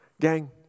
Gang